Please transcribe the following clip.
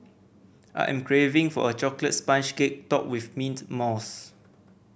I am craving for a chocolate sponge cake topped with mint mousse